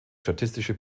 statistische